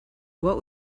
what